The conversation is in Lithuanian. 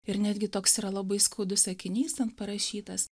ir netgi toks yra labai skaudus sakinys parašytas